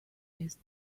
this